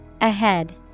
Ahead